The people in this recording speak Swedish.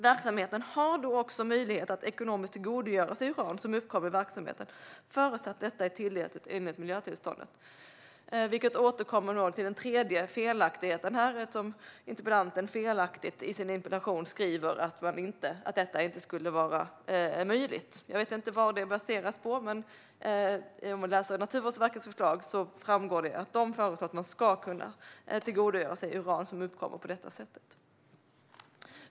Verksamheten har då också möjlighet att ekonomiskt tillgodogöra sig uran som uppkommer i verksamheten förutsatt att detta är tillåtet enligt miljötillståndet. Därmed återkommer vi till den tredje felaktigheten. Interpellanten skriver felaktigt att detta inte skulle vara möjligt. Jag vet inte vad det baseras på, men av Naturvårdsverkets förslag framgår det att man ska kunna tillgodogöra sig uran som uppkommer på detta sätt.